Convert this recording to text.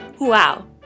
Wow